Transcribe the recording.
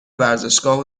ورزشگاه